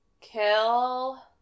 kill